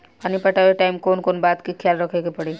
पानी पटावे टाइम कौन कौन बात के ख्याल रखे के पड़ी?